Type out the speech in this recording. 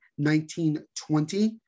1920